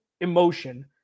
emotion